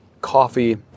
coffee